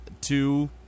two